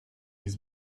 his